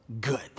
good